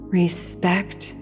respect